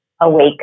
awake